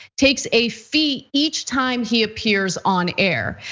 takes a fee each time he appears on air.